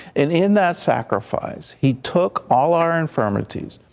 and in that sacrifice, he took all our infirmities,